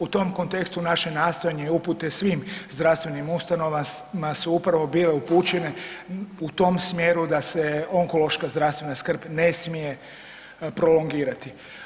U tom kontekstu naše nastojanje i upute svim zdravstvenim ustanovama su upravo bile upućene u tom smjeru da se onkološka zdravstvena skrb ne smije prolongirati.